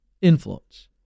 influence